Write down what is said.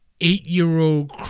Eight-year-old